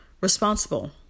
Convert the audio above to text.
responsible